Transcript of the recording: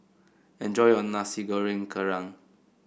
enjoy your Nasi Goreng Kerang